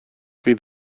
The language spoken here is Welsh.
fydd